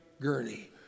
gurney